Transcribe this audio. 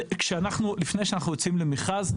לפני שאנחנו יוצאים למכרז,